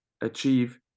achieve